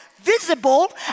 visible